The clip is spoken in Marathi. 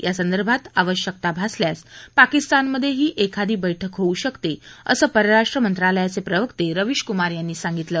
या संदर्भात आवश्यकता भासल्यास पाकीस्तानमध्ये ही एखादी बैठक होऊ शकते असं परराष्ट्र मंत्रालयाचे प्रवक्ते रवीश कुमार यांनी सांगितलं